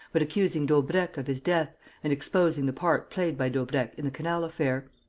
but accusing daubrecq of his death and exposing the part played by daubrecq in the canal affair.